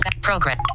Program